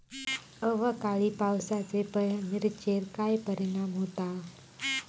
अवकाळी पावसाचे मिरचेर काय परिणाम होता?